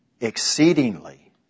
exceedingly